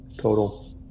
Total